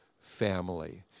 family